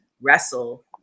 wrestle